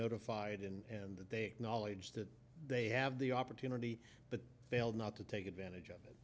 notified and that they knowledge that they have the opportunity but fail not to take advantage of it